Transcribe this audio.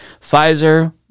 Pfizer